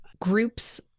groups